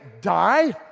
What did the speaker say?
die